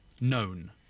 known